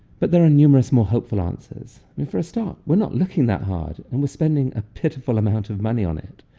but there are numerous more hopeful answers. for a start, we're not looking that hard, and we're spending a pitiful amount of money on it.